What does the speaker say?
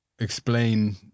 explain